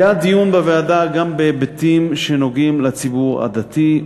היה דיון בוועדה גם בהיבטים שנוגעים בציבור הדתי.